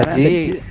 the